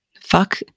Fuck